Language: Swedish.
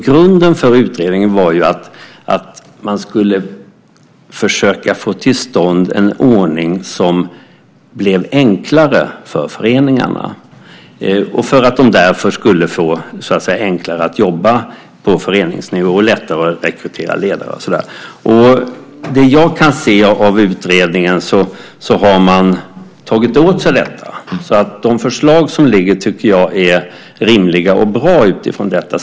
Grunden för utredningen var att man skulle försöka få till stånd en enklare ordning för föreningarna för att dessa därmed skulle få det enklare att jobba på föreningsnivå och få det lättare att rekrytera ledare och så. Såvitt jag kan se av utredningen har man tagit åt sig detta, så de förslag som föreligger är, tycker jag, rimliga och bra från den aspekten.